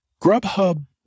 Grubhub